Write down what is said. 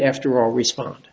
after all respond